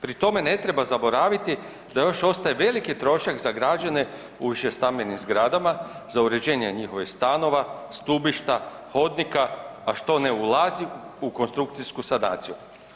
Pri tome ne treba zaboraviti da još ostaje veliki trošak za građane u višestambenim zgradama za uređenje njihovih stanova, stubišta, hodnika, a što ne ulazi u konstrukcijsku sanaciju.